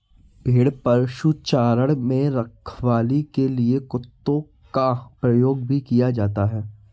भेड़ पशुचारण में रखवाली के लिए कुत्तों का प्रयोग भी किया जाता है